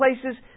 places